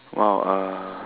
!wow! uh